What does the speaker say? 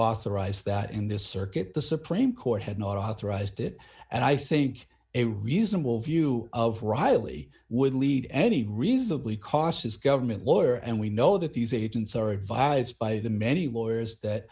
authorized that in this circuit the supreme court had not authorized it and i think a reasonable view of riley would lead any reasonably cautious government lawyer and we know that these agents are advised by the many wars that